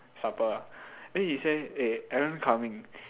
supper then he say eh Alan coming